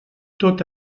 tot